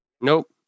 Nope